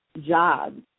jobs